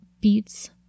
beats